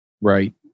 Right